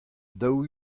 daou